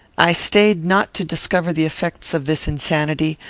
i stayed not to discover the effects of this insanity,